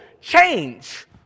change